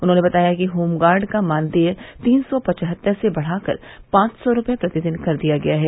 उन्होंने बताया कि होमगार्डों का मानदेय तीन सौ पचहत्तर से बढ़ाकर पाच सौ रूपये प्रतिदिन कर दिया गया है